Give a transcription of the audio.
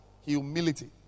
humility